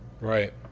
Right